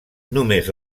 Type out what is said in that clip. només